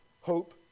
hope